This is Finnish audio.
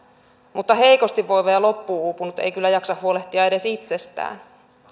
mutta heikosti voiva ja loppuun uupunut ei kyllä jaksa huolehtia edes itsestään